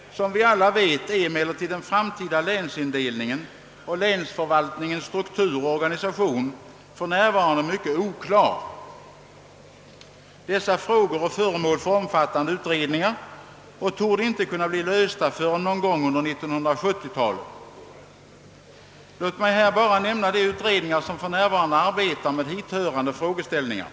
Som vi alla vet är emellertid den framtida länsindelningen och länsförvaltningens struktur och organisation för närvarande mycket oklar. Dessa frågor är föremål för omfattande utredningar och torde inte kunna bli lösta förrän någon gång under 1970-talet. Låt mig här bara nämna de utredningar som för närvarande arbetar med hithörande frågeställningar.